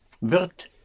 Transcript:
wird